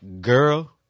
Girl